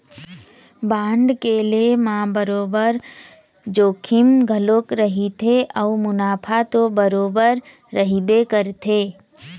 bond के लेय म बरोबर जोखिम घलोक रहिथे अउ मुनाफा तो बरोबर रहिबे करथे